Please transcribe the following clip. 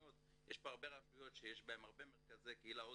יש פה הרבה רשויות שיש בהן הרבה מרכזי קהילה הודיים,